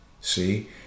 See